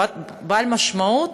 ובעל משמעות,